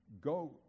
go